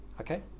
Okay